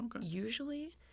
Usually